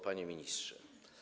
Panie Ministrze!